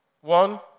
One